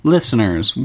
Listeners